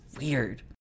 weird